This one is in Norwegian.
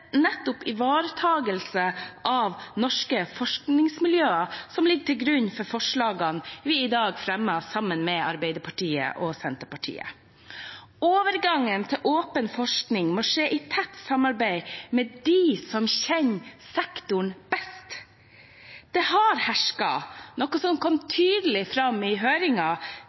nettopp ivaretagelse av norske forskningsmiljøer ligger til grunn for forslagene vi i dag fremmer sammen med Arbeiderpartiet og Senterpartiet. Overgangen til åpen forskning må skje i tett samarbeid med dem som kjenner sektoren best. Det har – noe som kom tydelig fram i